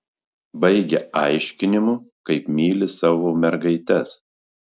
baigia aiškinimu kaip myli savo mergaites